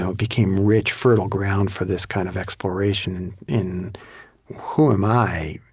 so became rich, fertile ground for this kind of exploration, in who am i,